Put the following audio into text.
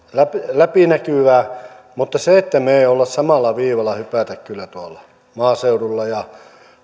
läpinäkyvää mutta emme me kyllä samalla viivalla hyppää tuolla maaseudulla ja